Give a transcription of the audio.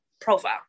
profile